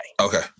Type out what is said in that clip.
Okay